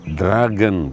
dragon